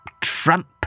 Trump